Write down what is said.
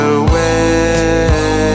away